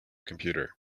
computer